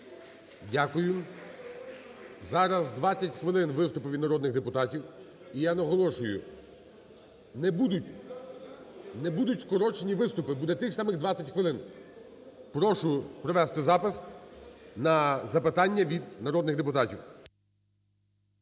Дякую. Зараз 20 хвилин виступи від народних депутатів. І я наголошую, не будуть, не будуть скорочені виступи, буде тих самих 20 хвилин. Прошу провести запис на запитання від народних депутатів.